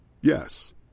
Yes